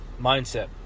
mindset